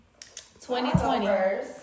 2020